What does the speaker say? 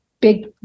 big